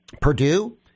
Purdue